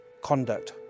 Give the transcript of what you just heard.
conduct